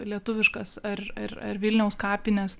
lietuviškas ar ar vilniaus kapines